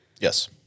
Yes